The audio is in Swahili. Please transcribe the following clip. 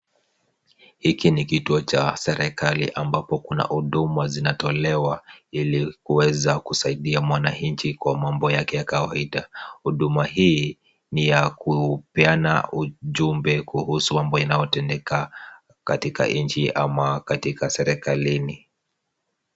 Hiki ni kituo cha serikali ambapo kuna huduma zinatolewa ili kuweza kusaidia mwananchi kwa mambo yake ya kawaida. Huduma hii ni ya kupena ujumbe kuhusu mambo inayotendeka katika nchi ama katika serikalini.